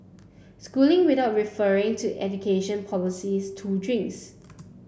schooling without referring to education policies two drinks